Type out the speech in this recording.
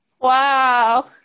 wow